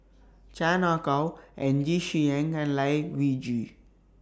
Chan Ah Kow Ng Yi Sheng and Lai Weijie